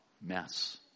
mess